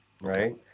right